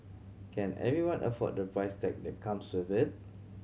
can everyone afford the price tag that comes with it